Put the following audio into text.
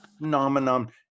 phenomenon